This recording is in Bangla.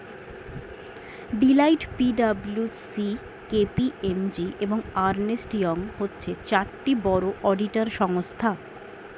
Deloitte, P W C, K P M G, এবং আর্নেস্ট ইয়ং হচ্ছে চারটি বড় অডিটর সংস্থা